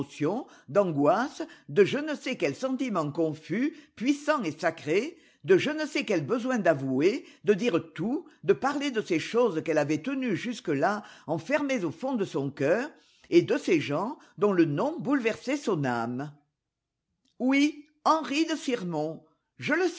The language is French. d'angoisse de je ne sais quel sentiment confus puissant et sacré de je ne sais quel besoin d'avouer de dire tout de parler de ces choses qu'elle avait tenues jusque-là enfermées au fond de son cœur et de ces gens dont le nom bouleversait son âme oui henri de sirmont je le